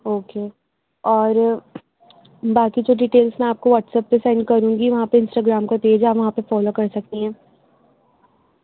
okay اور باقی جو ڈیٹیلس میں آپ کو واٹسپ پہ سینڈ کروں گی وہاں پہ انسٹاگرام کا تیج آپ وہاں پہ فالو کر سکتی ہیں